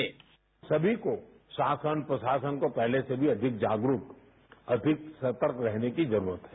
bite सभी को शासन प्रशासन को पहले से भी अधिक जागरूक अधिक सतर्क रहने की जरूरत है